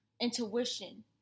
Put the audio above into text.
intuition